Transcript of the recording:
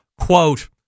Quote